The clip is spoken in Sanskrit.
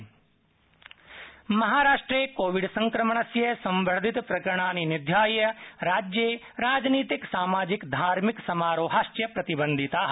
मुम्बई कोविड महाराष्ट्रे कोविड संक्रमणस्य संवर्धित प्रकरणानि निध्याय राज्ये राजनीतिक सामाजिक धार्मिक समारोहाश्च प्रतिबंधिता